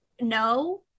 no